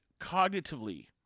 cognitively